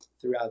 throughout